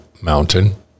mountain